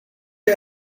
you